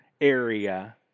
area